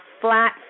flat